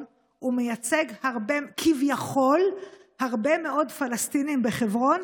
ומייצג כביכול הרבה מאוד פלסטינים בחברון,